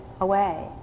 away